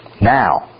now